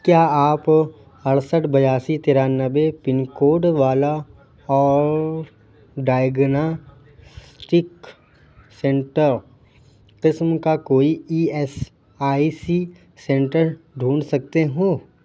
کیا آپ اڑسٹھ بیاسی ترانوے پنکوڈ والا اور ڈائیگناسٹک سنٹر قسم کا کوئی E S I C centre ڈھونڈ سکتے ہو